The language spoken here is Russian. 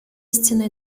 истина